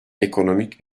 ekonomik